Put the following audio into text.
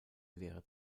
lehre